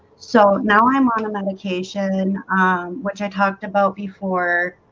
so now i'm on a medication and which i talked about before.